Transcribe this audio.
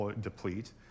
deplete